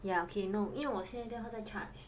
ya okay no 因为我现在电话在 charge